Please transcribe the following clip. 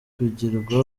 kugirwa